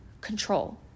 control